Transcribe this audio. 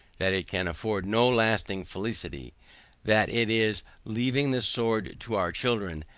that it can afford no lasting felicity that it is leaving the sword to our children,